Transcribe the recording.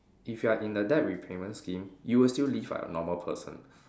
if you are in the debt repayment scheme you will still live like a normal person